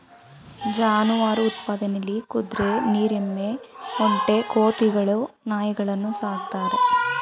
ಜಾನುವಾರು ಉತ್ಪಾದನೆಲಿ ಕುದ್ರೆ ನೀರ್ ಎಮ್ಮೆ ಒಂಟೆ ಕೋತಿಗಳು ನಾಯಿಗಳನ್ನು ಸಾಕ್ತಾರೆ